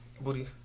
Booty